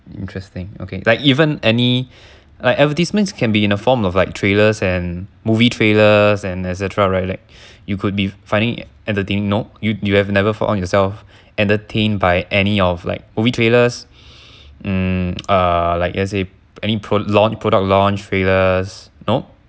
interesting okay like even any like advertisements can be in a form of like trailers and movie trailers and et cetera right like you could be funny entertaining no you you have never found on yourself entertained by any of like movie trailers hmm ah like as in any prod~ product launch trailers no